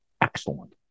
excellent